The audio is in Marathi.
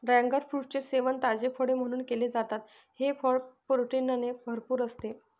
ड्रॅगन फ्रूटचे सेवन ताजे फळ म्हणून केले जाते, हे फळ प्रोटीनने भरपूर असते